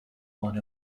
one